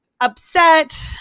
upset